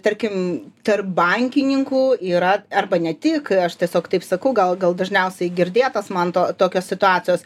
tarkim tarp bankininkų yra arba ne tik aš tiesiog taip sakau gal gal dažniausiai girdėtas man to tokios situacijos